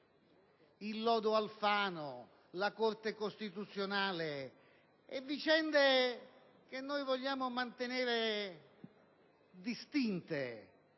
il lodo Alfano, la Corte costituzionale e altre vicende che vogliamo mantenere distinte.